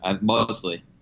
mostly